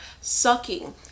sucking